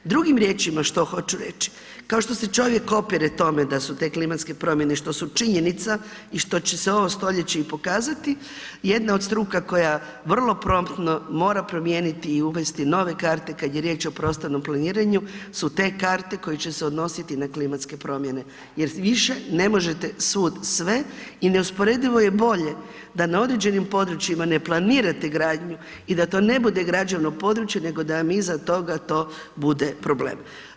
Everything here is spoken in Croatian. Drugi riječima što hoću reći, kao što se čovjek opire tome da su te klimatske promjene što su činjenica i što će se ovo stoljeće i pokazati, jedna od struka koja vrlo promptno mora promijeniti i uvesti nove karte kad je riječ o prostornom planiranju su te karte koje će se odnositi na te klimatske promjene, jer više ne možete svud sve i neusporedivo je bolje da na određenim područjima ne planirate gradnju i da to ne bude građevno područje nego da vam iza toga to bude problem.